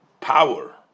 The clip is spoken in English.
power